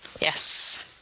Yes